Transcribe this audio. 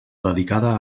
dedicada